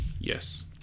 yes